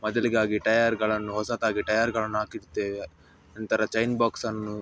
ಮೊದಲಿಗಾಗಿ ಟೈರ್ಗಳನ್ನು ಹೊಸತಾಗಿ ಟೈರ್ಗಳನ್ನು ಹಾಕಿರುತ್ತೇವೆ ನಂತರ ಚೈನ್ ಬಾಕ್ಸನ್ನು